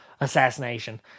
assassination